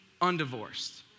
undivorced